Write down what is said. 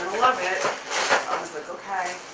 love it. i was like, okay,